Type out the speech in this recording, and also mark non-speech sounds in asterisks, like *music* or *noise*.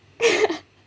*laughs*